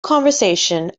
conversation